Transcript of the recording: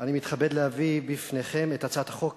אני מתכבד להביא בפניכם את הצעת חוק